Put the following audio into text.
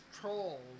trolls